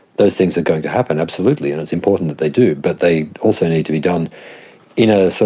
those things are going to happen, absolutely, and it's important that they do, but they also need to be done in a, so